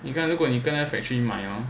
你看如果你跟那个 factory 买 hor